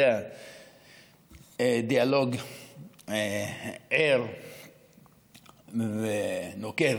דיאלוג ער ונוקב.